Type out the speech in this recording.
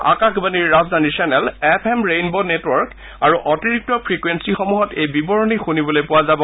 আকাশবাণীৰ ৰাজধানী channel F M Rainbow network আৰু অতিৰিক্ত ফ্ৰিকুৱেলিসমূহত এই বিৱৰণী শুনিবলৈ পোৱা যাব